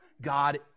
God